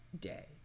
day